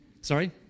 Sorry